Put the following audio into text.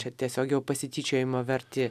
čia tiesiog jau pasityčiojimo verti